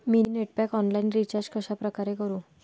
मी net pack online recharge कशाप्रकारे करु?